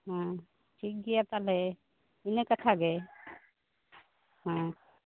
ᱦᱚᱸ ᱴᱷᱤᱠ ᱜᱮᱭᱟ ᱛᱟᱦᱚᱞᱮ ᱤᱱᱟ ᱠᱟᱛᱷᱟ ᱜᱮ ᱦᱚᱸ